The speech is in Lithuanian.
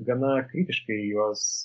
gana kritiškai juos